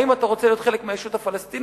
האם אתה רוצה להיות חלק מהישות הפלסטינית?